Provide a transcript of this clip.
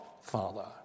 Father